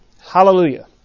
Hallelujah